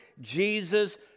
Jesus